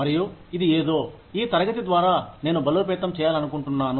మరియు ఇది ఏదో ఈ తరగతి ద్వారా నేను బలోపేతం చేయాలనుకుంటున్నాను